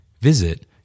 Visit